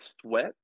sweat